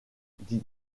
dit